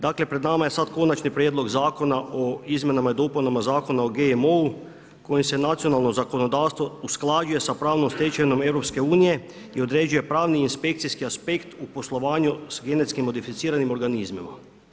Dakle, pred nama je sad Konačni prijedlog zakona o izmjenama i dopunama Zakona o GMO-u kojim se nacionalno zakonodavstvo usklađuje sa pravnom stečevinom EU i određuje pravni i inspekcijski aspekt u poslovanju s genetski modificiranim organizmima.